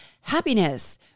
happiness